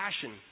passion